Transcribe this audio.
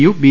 U B